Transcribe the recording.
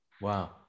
Wow